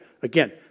again